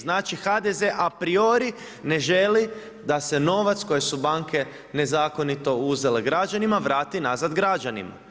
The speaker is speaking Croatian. Znači, HDZ-e a priori ne želi da se novac koji su banke nezakonito uzele građanima vrati nazad građanima.